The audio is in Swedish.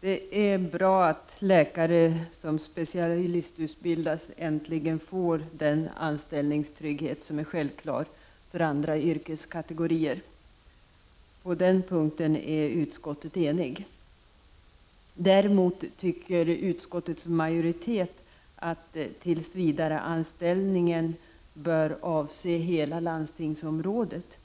Det är bra att läkare som specialistutbildas äntligen får den anställningstrygghet som är en självklarhet för andra yrkeskategorier. På den punkten är utskottet enigt. Däremot tycker utskottsmajoriteten att tillsvidareanställningen bör avse hela landstingsområdet.